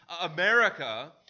America